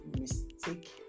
mistake